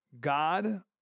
God